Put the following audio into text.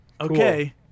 Okay